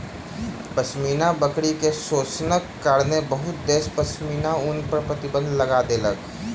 पश्मीना बकरी के शोषणक कारणेँ बहुत देश पश्मीना ऊन पर प्रतिबन्ध लगा देलक